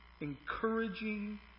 encouraging